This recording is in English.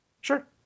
Sure